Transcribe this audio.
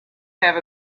have